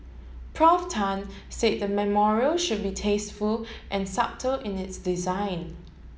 Prof Tan said the memorial should be tasteful and subtle in its design